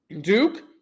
Duke